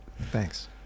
Thanks